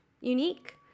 unique